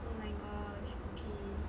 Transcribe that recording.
oh my gosh okay